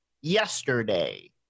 yesterday